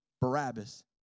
Barabbas